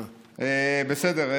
בסדר.